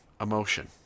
emotion